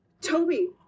Toby